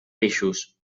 peixos